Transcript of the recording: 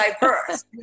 diverse